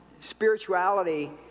spirituality